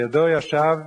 כך